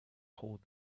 hold